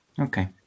Okay